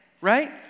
right